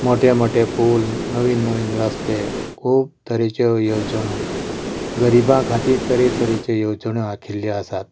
मोटे मोटे पूल नवीन नवीन रस्ते खूब तरेच्यो येवजण्यो गरिबां खातीर तरेतरेचे येवजण्यो आखिल्ल्यो आसात